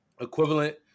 equivalent